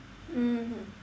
mmhmm